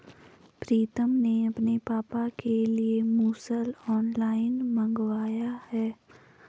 प्रितम ने अपने पापा के लिए मुसल ऑनलाइन मंगवाया है